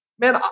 man